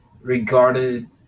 regarded